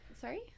Sorry